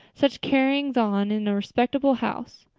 such carryings on in a respectable house!